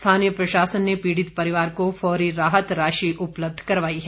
स्थानीय प्रशासन ने पीड़ित परिवार को फौरी राहत राशि उपलब्ध करवाई है